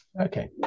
Okay